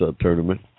tournament